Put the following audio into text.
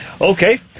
Okay